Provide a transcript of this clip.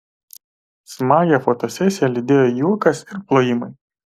smagią fotosesiją lydėjo juokas ir plojimai